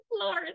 Lord